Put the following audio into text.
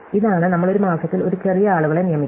ഇതാണ് നമ്മൾ ഒരു മാസത്തിൽ ഒരു ചെറിയ ആളുകളെ നിയമിക്കണം